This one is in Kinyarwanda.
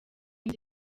nzi